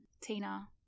Tina